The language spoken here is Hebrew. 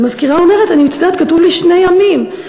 המזכירה אומרת: אני מצטערת, כתוב לי שני ימים.